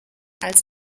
als